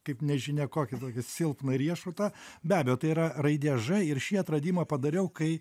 kaip nežinia kokį tokį silpną riešutą be abejo tai yra raidė ž ir šį atradimą padariau kai